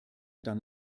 dann